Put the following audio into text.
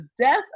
death